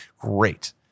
Great